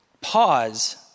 pause